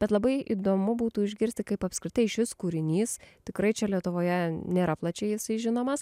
bet labai įdomu būtų išgirsti kaip apskritai šis kūrinys tikrai čia lietuvoje nėra plačiai jisai žinomas